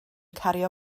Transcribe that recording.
cario